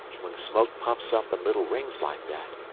when the smoke puffs up in little rings like that,